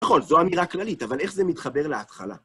נכון, זו אמירה כללית, אבל איך זה מתחבר להתחלה?